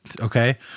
okay